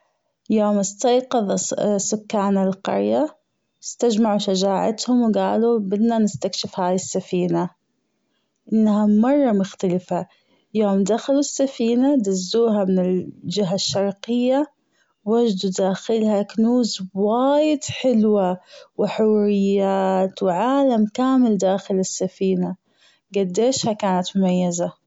يوم أستيقظ سكان القرية أستجمعوا شجاعتهم وقالوا بدنا نستكشف هذه السفينة انها مرة مختلفة يوم دخلوا السفينة دزوها بالجهة الشرقية وجدوا داخلها كنوز وايد حلوة وحوريات وعالم كامل داخل السفينة جديشها كانت مميزة.